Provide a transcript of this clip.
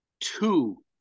two